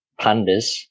pandas